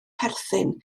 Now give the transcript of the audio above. perthyn